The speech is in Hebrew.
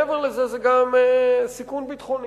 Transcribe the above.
מעבר לזה, זה סיכון ביטחוני.